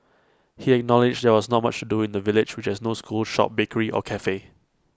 he acknowledged there was not much to do in the village which has no school shop bakery or Cafe